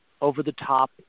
over-the-top